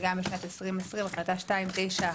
וגם בשנת 2020 החלטה 291,